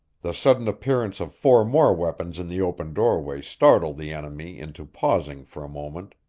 the sudden appearance of four more weapons in the open doorway startled the enemy into pausing for a moment.